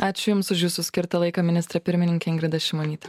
ačiū jums už jūsų skirtą laiką ministre pirmininke ingrida šimonyte